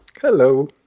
Hello